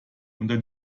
unter